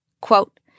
Quote